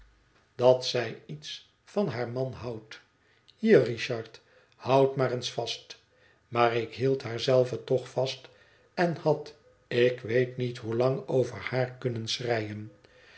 dat zij iets van haar man houdt hier richard houd maar eens vast maar ik hield haar zelve toch vast en had ik weet niet hoelang over haar kunnen schreien